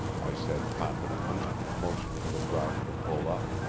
i said confidently, motioning the driver to pull up.